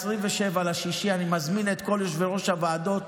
אני מזמין את כל יושבי-ראש הוועדות,